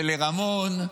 ולרמון,